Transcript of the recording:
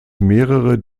mehrere